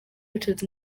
richard